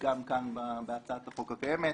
גם כאן בהצעת החוק הקיימת,